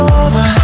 over